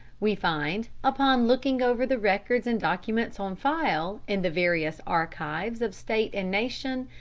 we find, upon looking over the records and documents on file in the various archives of state and nation,